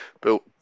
built